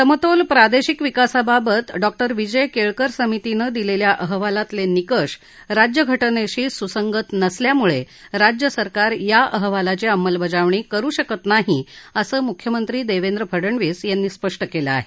समतोल प्रादेशिक विकासाबाबत डॉक्टर विजय केळकर समितीनं दिलेल्या अहवालातले निकष राज्यघटनेशी सुसंगत नसल्यामुळे राज्य सरकार या अहवालाची अंमलबजावणी करू शकत नाही असं मुख्यमंत्री देवेंद्र फडणवीस यांनी स्पष्ट केलं आहे